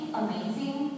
amazing